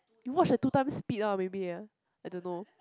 you watch at two times speed ah maybe ah I don't know